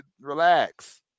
Relax